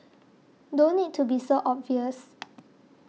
don't need to be so obvious